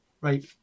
Right